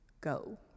go